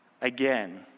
again